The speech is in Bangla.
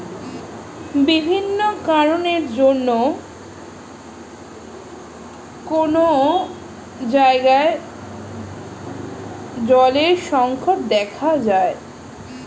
বিভিন্ন কারণের জন্যে কোন জায়গায় জলের সংকট দেখা যায়